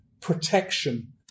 protection